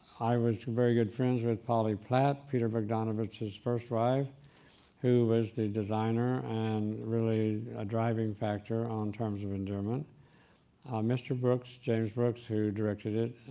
i was very good friends with polly platt, peter bogdanovich's first wife who was the designer and really a driving factor on terms of endearment. mr. brooks, james brooks who directed it